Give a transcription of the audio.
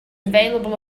available